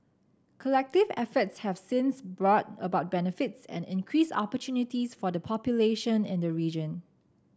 collective efforts have since brought about benefits and increased opportunities for the population in the region